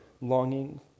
longing